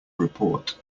report